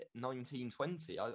1920